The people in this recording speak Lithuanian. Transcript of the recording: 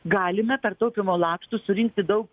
galime per taupymo lakštus surinkti daug